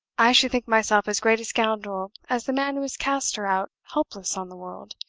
i should think myself as great a scoundrel as the man who has cast her out helpless on the world,